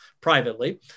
privately